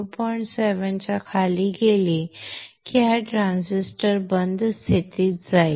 7 च्या खाली गेली की हा ट्रान्झिस्टर बंद स्थितीत जाईल